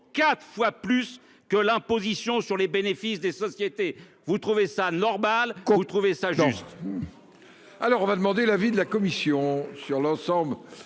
4 fois plus que l'imposition sur les bénéfices des sociétés. Vous trouvez ça normal qu'on vous trouvez ça juste. Alors on va demander l'avis de la commission sur l'ensemble